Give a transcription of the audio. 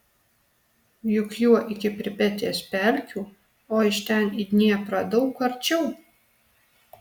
juk juo iki pripetės pelkių o iš ten į dnieprą daug arčiau